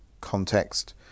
context